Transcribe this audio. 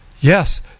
Yes